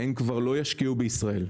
הם כבר לא ישקיעו בישראל.